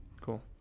Cool